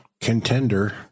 contender